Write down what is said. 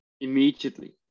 immediately